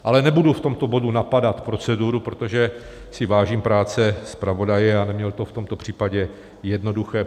Ale nebudu v tomto bodě napadat proceduru, protože si vážím práce zpravodaje a neměl to v tomto případě jednoduché.